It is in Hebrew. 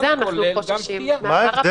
הגשת מזון, מזה אנחנו חוששים, מהבר הפתוח.